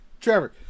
Trevor